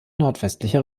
nordwestlicher